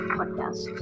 podcast